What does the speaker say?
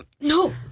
no